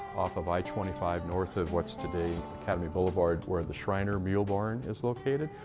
off of i twenty five north of what's today academy boulevard, where the shriner mule barn is located.